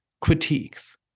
critiques